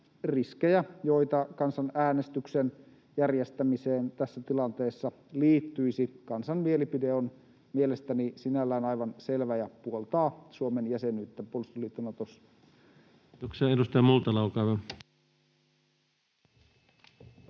joita kansanäänestyksen järjestämiseen tässä tilanteessa liittyisi. Kansan mielipide on mielestäni sinällään aivan selvä ja puoltaa Suomen jäsenyyttä puolustusliitto Natossa. [Speech 291]